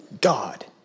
God